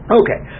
okay